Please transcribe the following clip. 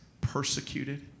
persecuted